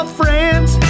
friends